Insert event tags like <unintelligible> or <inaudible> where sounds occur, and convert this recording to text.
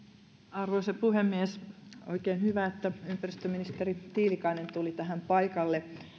arvoisa puhemies <unintelligible> on oikein hyvä että ympäristöministeri tiilikainen tuli tähän paikalle